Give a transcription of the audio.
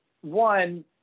one